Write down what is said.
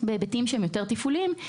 בהיבטים יותר תפעוליים,